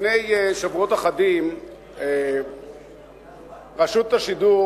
לפני שבועות אחדים רשות השידור